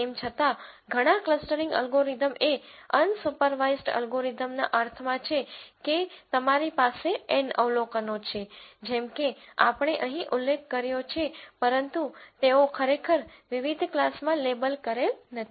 તેમ છતાં ઘણા ક્લસ્ટરીંગ એલ્ગોરિધમ એ અનસુપરવાઇસ્ડ એલ્ગોરિધમના અર્થમાં છે કે તમારી પાસે N અવલોકનો છે જેમકે આપણે અહીં ઉલ્લેખ કર્યો છે પરંતુ તેઓ ખરેખર વિવિધ ક્લાસમાં લેબલ કરેલ નથી